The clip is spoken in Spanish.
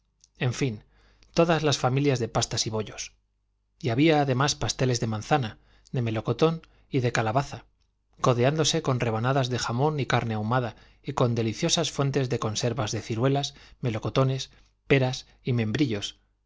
en fin todas las familias de pastas y bollos y había además pasteles de manzana de melocotón y de calabaza codeándose con rebanadas de jamón y carne ahumada y con deliciosas fuentes de conservas de ciruelas melocotones peras y membrillos